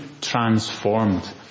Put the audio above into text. transformed